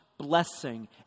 blessing